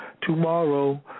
tomorrow